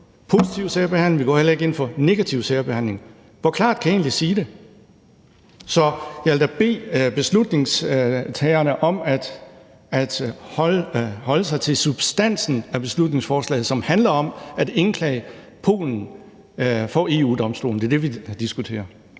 positiv særbehandling, og vi går heller ikke ind for negativ særbehandling. Hvor meget mere klart kan jeg egentlig sige det? Så jeg vil da bede forslagsstillerne om at holde sig til substansen i beslutningsforslaget, som handler om at indkalde Polen for EU-Domstolen. Det er det, vi diskuterer.